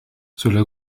cela